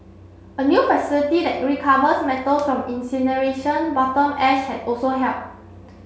a new facility that recovers metals from incineration bottom ash had also helped